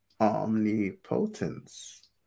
omnipotence